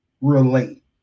Relate